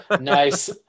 Nice